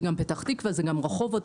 זה גם בפתח תקווה וברחובות.